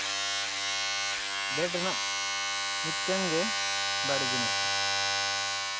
bed ᱨᱮᱱᱟᱜ ᱢᱤᱫᱴᱟᱹᱝ ᱜᱮ ᱵᱟᱹᱲᱤᱡ ᱡᱤᱱᱤᱥ ᱫᱚ